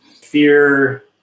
fear